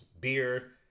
beer